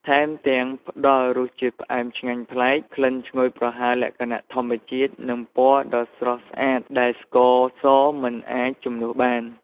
ថែមទាំង ផ្ដល់រសជាតិផ្អែមឆ្ងាញ់ប្លែក ក្លិនឈ្ងុយប្រហើរលក្ខណៈធម្មជាតិ និងពណ៌ដ៏ស្រស់ស្អាតដែលស្ករសមិនអាចជំនួសបាន។